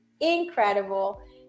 incredible